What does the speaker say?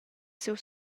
siu